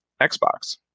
Xbox